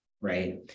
right